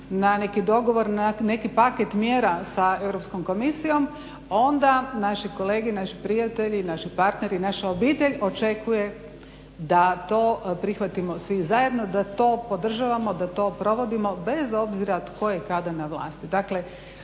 na neki dogovor, na neki paket mjera sa Europskom komisijom onda naši kolege i naši prijatelji, naši partneri i naša obitelj očekuje da to prihvatimo svi zajedno, da to podržavamo, da to provodimo bez obzira tko je kada na vlasti.